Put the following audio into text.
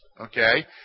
Okay